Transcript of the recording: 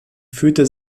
führte